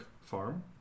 farm